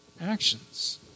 actions